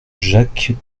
jacques